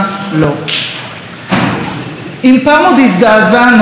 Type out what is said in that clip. אם פעם עוד הזדעזענו כשאזרחים קראו "בוגד" לראש ממשלה,